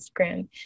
instagram